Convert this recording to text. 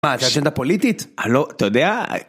מה, את האג'נדה פוליטית? אה לא, אתה יודע...